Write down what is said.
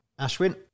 Ashwin